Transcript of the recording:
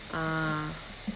ah